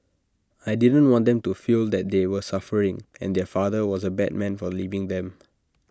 I didn't want them to feel that they were suffering and their father was A bad man for leaving them